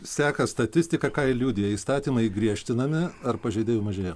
seka statistiką ką ji liudija įstatymai griežtinami ar pažeidėjų mažėja